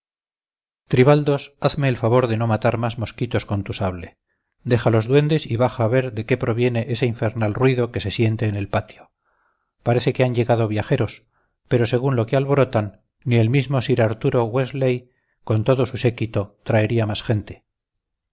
tribaldos hazme el favor de no matar más mosquitos con tu sable deja los duendes y baja a ver de qué proviene ese infernal ruido que se siente en el patio parece que han llegado viajeros pero según lo que alborotan ni el mismo sir arturo wellesley con todo su séquito traería más gente